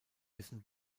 wissen